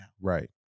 Right